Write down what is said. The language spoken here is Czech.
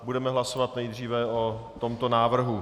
Budeme hlasovat nejdříve o tomto návrhu.